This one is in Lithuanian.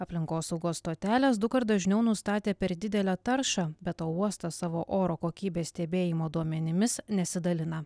aplinkosaugos stotelės dukart dažniau nustatė per didelę taršą be to uostas savo oro kokybės stebėjimo duomenimis nesidalina